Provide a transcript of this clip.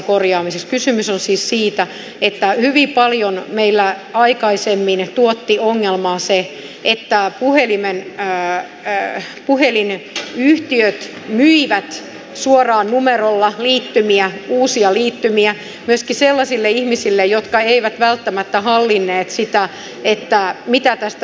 kysymys on siis siitä että hyvin paljon meillä aikaisemmin tuotti ongelmaa se että a puhelimeen mää reeves puhelin nyt puhelinyhtiöt myivät suoraan numerolla liittymiä uusia liittymiä myöskin sellaisille ihmisille jotka eivät välttämättä hallinneet sitä mitä tästä seuraa